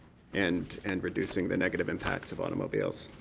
and and reducing the negative impacts of automobiles.